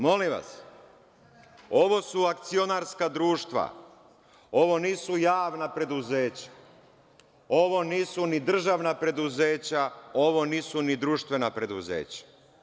Molim vas, ovo su akcionarska društva, ovo nisu javna preduzeća, ovo nisu ni državna preduzeća, ovo nisu ni društvena preduzeća.